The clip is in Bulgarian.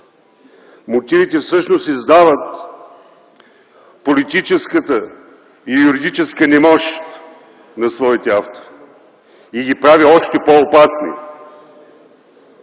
Мотивите всъщност издават политическата и юридическата немощ на своите автори и това ги прави още по-опасни.